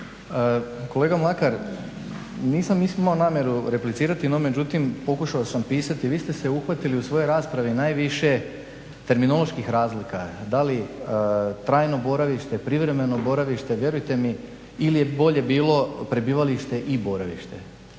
Kolega Mlakar nisam imao namjeru replicirati no međutim pokušao sam pisati, vi ste se uhvatili u svojoj raspravi najviše terminoloških razlika da li trajno boravište, privremeno boravište. Vjerujte mi ili je bolje bilo prebivalište i boravište.